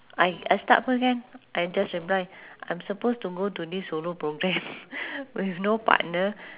I I start first can I just reply I'm supposed to go to this solo programme with no partner